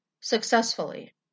successfully